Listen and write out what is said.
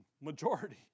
Majority